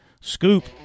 Scoop